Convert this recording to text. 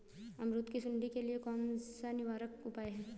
अमरूद की सुंडी के लिए कौन सा निवारक उपाय है?